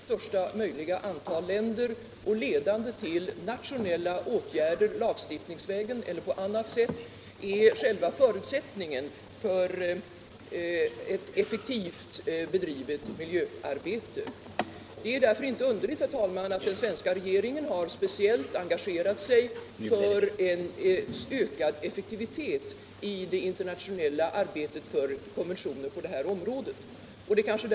Herr talman! Den fråga som berörs i utrikesutskottets betänkande nr 4 är av utomordentligt stor betydelse för det internationella miljövårdssamarbetet och därmed för effekten av det nationella miljöarbetet i de enskilda länderna. I själva verket skulle man kunna säga att ett väl utvecklat nät av internationella miljövårdskonventioner ratificerade av största möjliga antal länder och ledande till nationella åtgärder — lagstiftningsvägen eller på annat sätt — är själva förutsättningen för ett effektivt bedrivet miljöarbete. Det är därför inte underligt att den svenska regeringen har speciellt engagerat sig för en ökad effektivitet i denna aspekt av det internationella miljövårdssamarbetet.